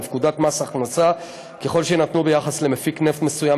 לפקודת מס הכנסה ככל שיינתנו ביחס למפיק נפט מסוים,